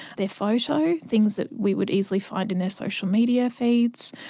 their photo, things that we would easily find in their social media feeds,